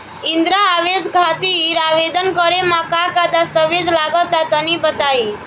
इंद्रा आवास खातिर आवेदन करेम का का दास्तावेज लगा तऽ तनि बता?